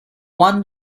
won